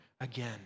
again